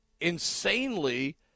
insanely